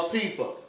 people